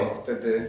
wtedy